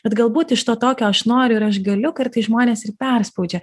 bet galbūt iš to tokio aš noriu ir aš galiu kartais žmonės ir perspaudžia